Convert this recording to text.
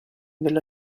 della